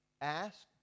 Ask